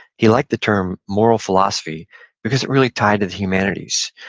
he liked the term moral philosophy because it really tied to the humanities,